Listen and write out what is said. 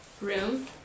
room